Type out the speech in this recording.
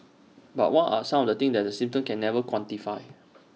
but what are some of the things the system can never quantify